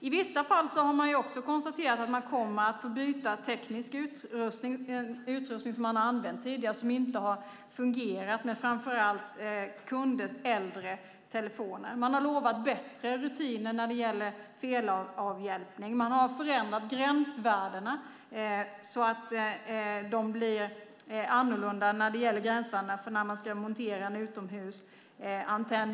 I vissa fall har det också konstaterats att man kommer att få byta ut teknisk utrustning som tidigare använts men som inte fungerat - framför allt kunders äldre telefoner. Man har utlovat bättre rutiner när det gäller felavhjälpning. Man har förändrat så att gränsvärdena blir annorlunda när det gäller montering av en utomhusantenn.